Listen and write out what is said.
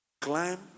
climb